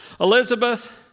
Elizabeth